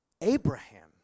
Abraham